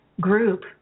group